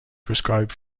prescribed